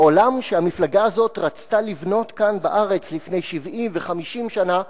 בעולם שהמפלגה הזאת רצתה לבנות כאן בארץ לפני 70 ו-50 שנה,